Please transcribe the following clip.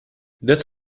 that’s